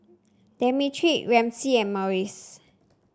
Demetric Ramsey and Maurice